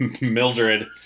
Mildred